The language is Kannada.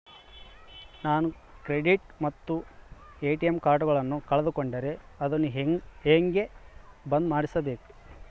ನಾನು ಕ್ರೆಡಿಟ್ ಮತ್ತ ಎ.ಟಿ.ಎಂ ಕಾರ್ಡಗಳನ್ನು ಕಳಕೊಂಡರೆ ಅದನ್ನು ಹೆಂಗೆ ಬಂದ್ ಮಾಡಿಸಬೇಕ್ರಿ?